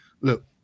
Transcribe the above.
look